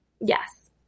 Yes